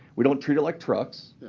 we don't treat it like trucks.